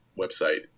website